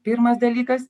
pirmas dalykas